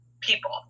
people